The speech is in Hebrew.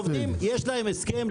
לעובדים יש הסכם.